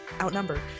outnumbered